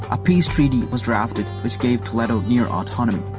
a peace treaty was drafted which gave toledo near autonomy.